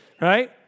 Right